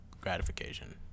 gratification